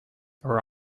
are